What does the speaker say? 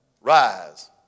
rise